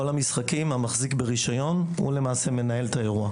המחזיק ברישיון הוא למעשה מנהל האירוע.